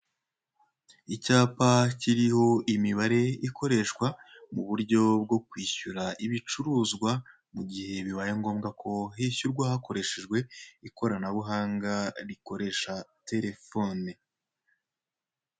Icyapa kiriho imibare ikoreshwa mu buryo bwo kwishyura ibicuruzwa mu gihe bibaye ngombwa ko hishyurwa hakoreshejwe ikoranabuhanga rikoresha Telefone.